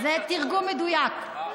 זה תרגום מדויק.